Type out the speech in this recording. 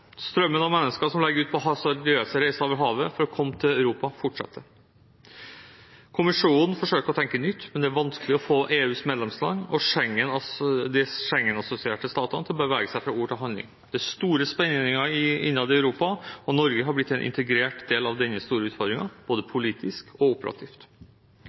Strømmen av mennesker som legger ut på hasardiøse reiser over havet for å komme til Europa, fortsetter. Kommisjonen forsøker å tenke nytt, men det er vanskelig å få EUs medlemsland og de Schengen-assosierte statene til å bevege seg fra ord til handling. Det er store spenninger innad i Europa, og Norge har blitt en integrert del av denne store utfordringen, både politisk og operativt.